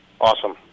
Awesome